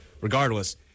Regardless